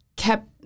kept